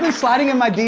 um sliding in my dms?